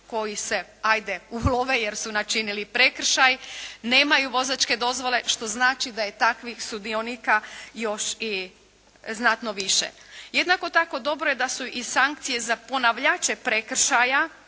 koji se ajde ulove jer su načinili prekršaj, nemaju vozačke dozvole što znači da je takvih sudionika još i znatno više. Jednako tako dobro je da su i sankcije za ponavljače prekršaja